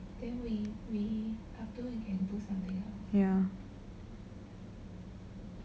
ya